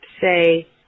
say